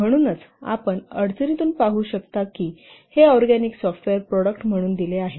म्हणूनच आपण पाहू शकता की हे ऑरगॅनिक सॉफ्टवेअर प्रॉडक्ट म्हणून दिले आहे